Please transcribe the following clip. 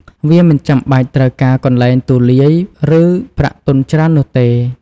វាមិនចាំបាច់ត្រូវការកន្លែងទូលាយ ឬប្រាក់ទុនច្រើននោះទេ។